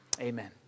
Amen